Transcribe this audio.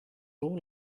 all